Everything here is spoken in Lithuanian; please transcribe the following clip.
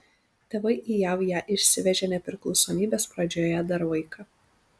tėvai į jav ją išsivežė nepriklausomybės pradžioje dar vaiką